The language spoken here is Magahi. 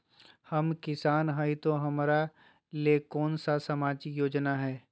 हम किसान हई तो हमरा ले कोन सा सामाजिक योजना है?